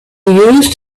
used